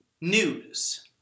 News